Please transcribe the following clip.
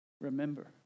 remember